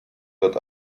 wird